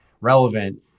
relevant